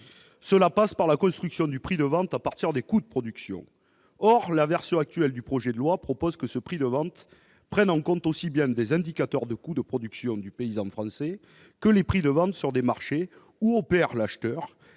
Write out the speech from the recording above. Cela passe par la construction du prix de vente à partir des coûts de production. Or dans la version actuelle du projet de loi, il est prévu que ce prix de vente prenne en compte aussi bien des indicateurs de coûts de production du paysan français que les prix de vente sur des marchés où opère l'acheteur,